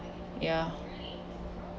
ya